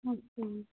ਅੱਛਾ ਜੀ